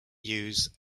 use